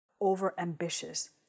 Over-ambitious